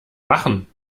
machen